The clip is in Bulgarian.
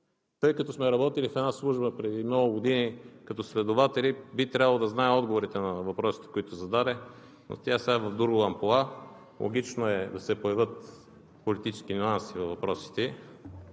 Тъй като сме работили в една служба преди много години като следователи и би трябвало да знае отговорите на въпросите, които зададе, но тя сега е в друго амплоа. Логично е да се появят политически нюанси във въпросите